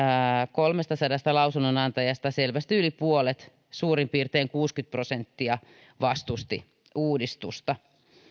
kolmestasadasta lausunnonantajasta selvästi yli puolet suurin piirtein kuusikymmentä prosenttia vastusti uudistusta